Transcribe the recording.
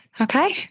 okay